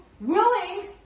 Willing